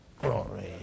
glory